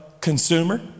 consumer